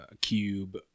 Cube